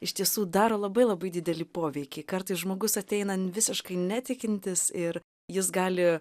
iš tiesų daro labai labai didelį poveikį kartais žmogus ateina visiškai netikintis ir jis gali